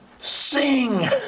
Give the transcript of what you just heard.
sing